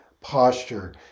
posture